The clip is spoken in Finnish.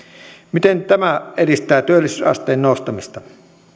miten tämä edistää työllisyysasteen nostamista